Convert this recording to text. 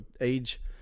age